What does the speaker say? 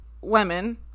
women